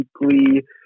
weekly